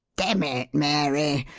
demmit, mary,